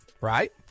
Right